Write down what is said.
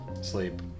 sleep